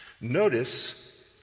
Notice